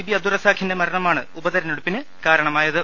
B അബ്ദുറസാഖിന്റെ മരണമാണ് ഉപതെരഞ്ഞെടുപ്പിന് കാര ണമായത്